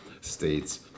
states